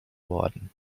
worden